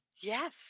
yes